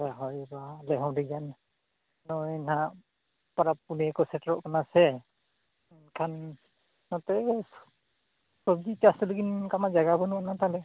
ᱦᱳᱭ ᱛᱚ ᱚᱸᱰᱮ ᱦᱚᱸ ᱟᱹᱰᱤᱜᱟᱱ ᱱᱚᱜᱼᱚᱸᱭ ᱦᱟᱸᱜ ᱯᱟᱨᱟᱵᱽ ᱯᱩᱱᱟᱹᱭ ᱠᱚ ᱥᱮᱴᱮᱨᱚᱜ ᱠᱟᱱᱟ ᱥᱮ ᱢᱮᱱᱠᱷᱟᱱ ᱱᱚᱛᱮ ᱥᱚᱵᱽᱡᱤ ᱪᱟᱥ ᱞᱟᱹᱜᱤᱫ ᱚᱱᱠᱟ ᱢᱟ ᱡᱟᱭᱜᱟ ᱵᱟᱹᱱᱩᱜ ᱛᱟᱞᱮ